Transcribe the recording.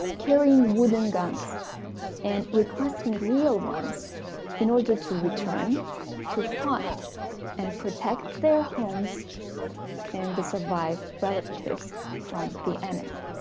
carrying wooden guns and requesting real ones in order to return to fight and protect their homes and the survived relatives from the enemy